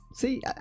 See